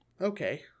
okay